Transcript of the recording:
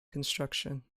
construction